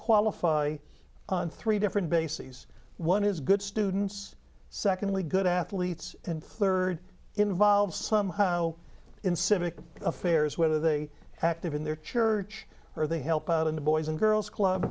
qualify on three different bases one is good students secondly good athletes and third involved somehow in civic affairs whether they acted in their church or they help out in the boys and girls club